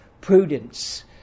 prudence